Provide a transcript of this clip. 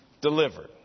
delivered